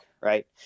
right